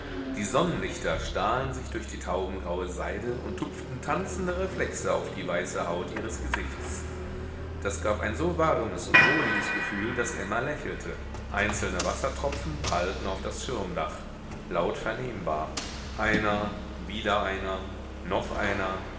die sonnenlichter stahlen sich durch die taubengraue seide und tupften tanzende reflexe auf die weiße haut ihres gesichts das gab ein so warmes und wohliges gefühl daß emma lächelte einzelne wassertropfen prallten auf das schirmdach laut vernehmbar einer wieder einer noch einer